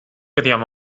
idioma